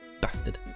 bastard